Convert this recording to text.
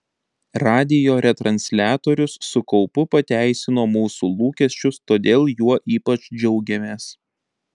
radijo retransliatorius su kaupu pateisino mūsų lūkesčius todėl juo ypač džiaugiamės